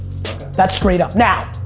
that's straight up. now,